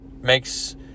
makes